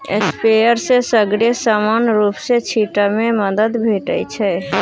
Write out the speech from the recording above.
sprayer सँ सगरे समान रुप सँ छीटब मे मदद भेटै छै